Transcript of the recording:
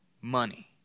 money